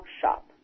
shop